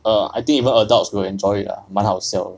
err I think even adults will enjoy it lah 蛮好笑的